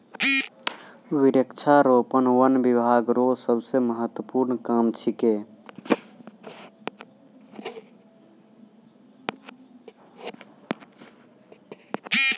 वृक्षारोपण वन बिभाग रो सबसे महत्वपूर्ण काम छिकै